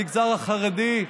למגזר החרדי,